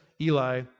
Eli